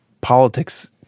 politics